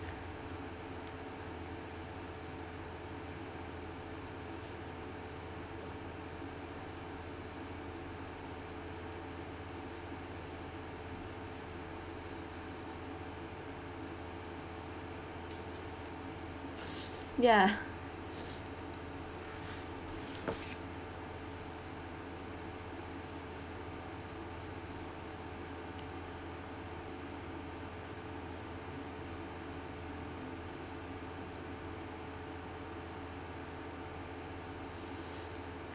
ya